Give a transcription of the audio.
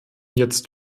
jetzt